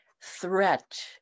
threat